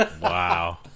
Wow